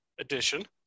edition